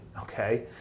okay